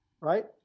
Right